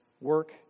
work